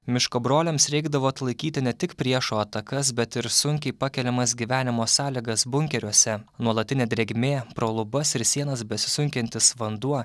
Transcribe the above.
miško broliams reikdavo atlaikyti ne tik priešo atakas bet ir sunkiai pakeliamas gyvenimo sąlygas bunkeriuose nuolatinė drėgmė pro lubas ir sienas besisunkiantis vanduo